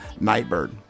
Nightbird